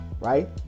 right